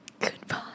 Goodbye